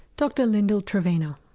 dr lyndal trevena.